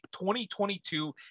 2022